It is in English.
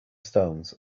stones